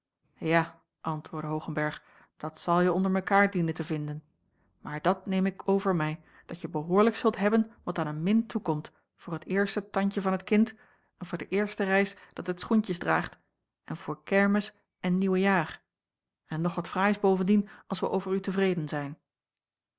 ja antwoordde hoogenberg dat zalje onder mekaar dienen te vinden maar dat neem ik over mij datje behoorlijk zult hebben wat aan een min toekomt voor het eerste tandje van het kind en voor de eerste reis dat het schoentjes draagt en voor kermis en nieuwejaar en nog wat fraais bovendien als wij over u tevreden zijn